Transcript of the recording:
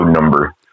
number